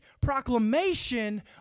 proclamation